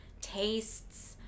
tastes